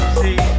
see